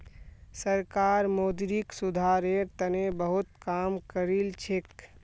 सरकार मौद्रिक सुधारेर तने बहुत काम करिलछेक